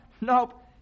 Nope